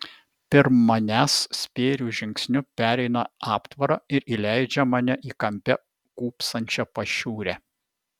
pirm manęs spėriu žingsniu pereina aptvarą ir įleidžia mane į kampe kūpsančią pašiūrę